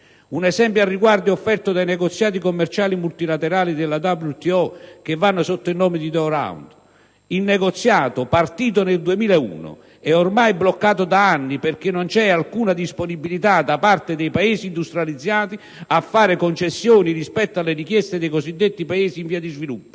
Un esempio al riguardo è offerto dai negoziati commerciali multilaterali della *World trade organization* (WTO) che vanno sotto il nome di Doha Round; il negoziato, partito nel 2001, è ormai bloccato da anni, perché non c'è alcuna disponibilità da parte dei Paesi industrializzati a fare concessioni rispetto alle richieste dei cosiddetti Paesi in via di sviluppo.